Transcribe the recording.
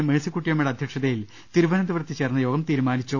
മേഴ്സിക്കുട്ടിയമ്മയുടെ അധ്യക്ഷതയിൽ തിരുവനന്തപുരത്ത് ചേർന്ന യോഗം ത്രീരുമാനിച്ചു